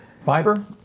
Fiber